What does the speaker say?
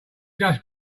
just